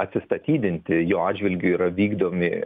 atsistatydinti jo atžvilgiu yra vykdomi